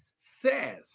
says